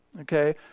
Okay